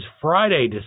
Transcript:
Friday